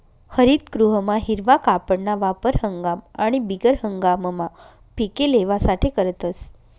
हरितगृहमा हिरवा कापडना वापर हंगाम आणि बिगर हंगाममा पिके लेवासाठे करतस